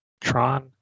Tron